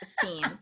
theme